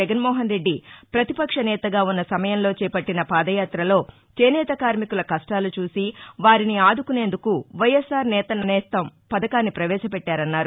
జగన్మోహన్ రెడ్డి ప్రతిపక్ష నేతగా ఉన్న సమయంలో చేపట్టిన పాదయాతలో చేనేత కార్మికుల కష్యాలు చూసి వారిని ఆదుకునేందుకు వైఎస్ఆర్ నేతన్న హస్తం పథకాన్ని పవేశపెట్టారన్నారు